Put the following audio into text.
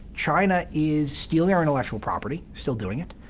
china is stealing our intellectual property, still doing it.